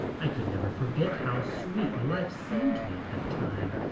i could never forget how sweet life seemed to me at that time.